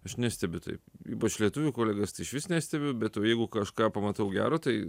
aš nestebiu taip ypač lietuvių kolegas tai išvis nestebiu bet o jeigu kažką pamatau gero tai